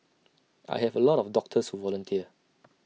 I have A lot of doctors who volunteer